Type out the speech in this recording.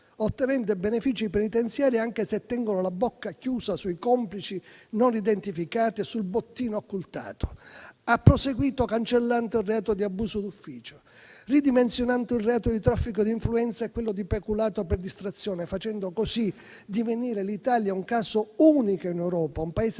ottenendo i benefici penitenziari anche se tengono la bocca chiusa sui complici non identificati e sul bottino occultato. La maggioranza ha proseguito cancellando il reato di abuso d'ufficio, ridimensionando il reato di traffico di influenza e quello di peculato per distrazione, facendo così divenire l'Italia un caso unico in Europa, un Paese